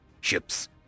Ships